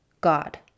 God